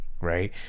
right